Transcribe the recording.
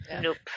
nope